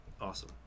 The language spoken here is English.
awesome